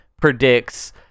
predicts